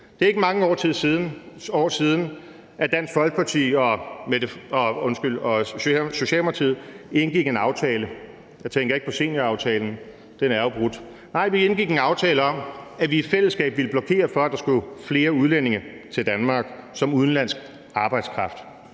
Det er ikke mange år siden, at Dansk Folkeparti og Socialdemokratiet indgik en aftale. Jeg tænker ikke på senioraftalen – den er jo brudt. Nej, vi indgik en aftale om, at vi i fællesskab ville blokere for, at der skulle flere udlændinge til Danmark som udenlandsk arbejdskraft.